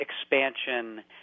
expansion